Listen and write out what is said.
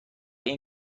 این